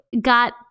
got